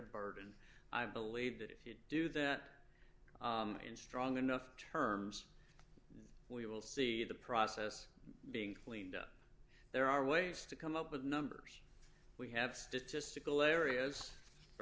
burden i believe that if you do that in strong enough terms we will see the process being cleaned up there are ways to come up with numbers we have statistical areas for